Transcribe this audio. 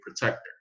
protector